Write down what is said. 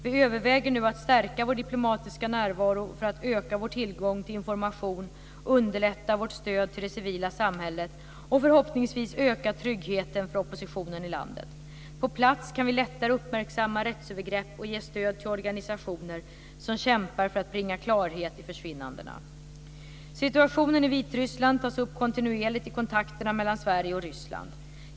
Vi överväger nu att stärka vår diplomatiska närvaro för att öka vår tillgång till information, underlätta vårt stöd till det civila samhället och förhoppningsvis öka tryggheten för oppositionen i landet. På plats kan vi lättare uppmärksamma rättsövergrepp och ge stöd till organisationer som kämpar för att bringa klarhet i försvinnandena. Situationen i Vitryssland tas upp kontinuerligt i kontakterna mellan Sverige och Ryssland.